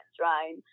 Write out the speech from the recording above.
right